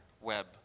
web